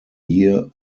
year